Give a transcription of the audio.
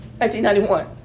1991